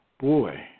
boy